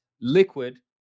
Liquid